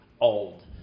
old